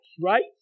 right